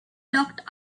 locked